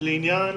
לעניין